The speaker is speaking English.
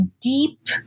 deep